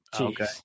Okay